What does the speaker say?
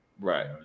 Right